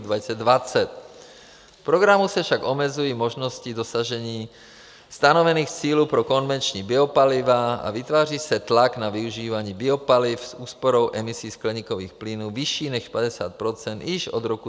V programu se však omezují možnosti dosažení stanovených cílů pro konvenční biopaliva a vytváří se tlak na využívání biopaliv s úsporou emisí skleníkových plynů vyšší než 50 % již od roku 2017.